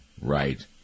right